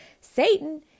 Satan